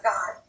God